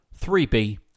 3B